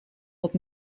dat